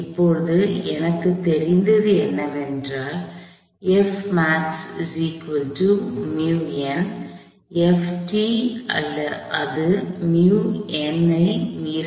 இப்போது எனக்குத் தெரிந்தது என்னவென்றால் அது ஐ மீற முடியாது